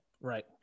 right